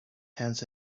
hands